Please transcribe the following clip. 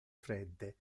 fredde